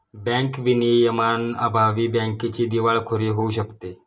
bank विनियमांअभावी बँकेची दिवाळखोरी होऊ शकते